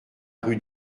rue